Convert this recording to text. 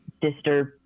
disturb